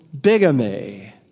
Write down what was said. bigamy